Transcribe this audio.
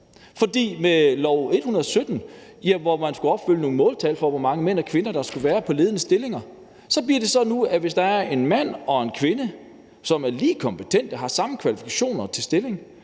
der handler om, at man skal opfylde nogle måltal for, hvor mange mænd og kvinder der skal være i ledende stillinger, bliver det nu sådan, at hvis der er en mand og en kvinde, som er lige kompetente og har samme kvalifikationer til en stilling,